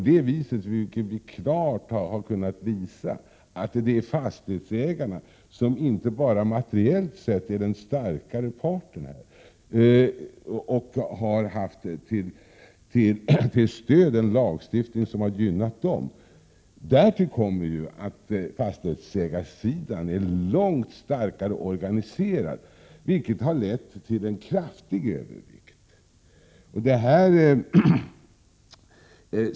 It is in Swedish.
Det är ju, vilket vi klart har kunnat visa, fastighetsägarna som inte bara materiellt sett här är den starkare parten och att de till sitt stöd också har haft en lagstiftning som har gynnat dem. Därtill kommer ju att fastighetsägarsidan är långt starkare organiserad, vilket har lett till en kraftig övervikt.